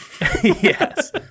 yes